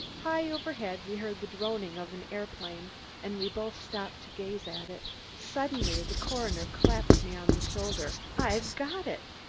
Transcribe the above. high overhead we heard the droning of an aeroplane and we both stopped to gaze at it. suddenly the coroner clapped me on the shoulder. i've got it!